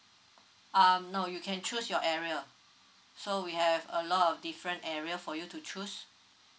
um no you can choose your area so we have a lot of different area for you to choose